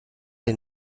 den